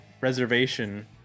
reservation